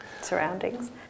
surroundings